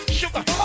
sugar